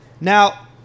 Now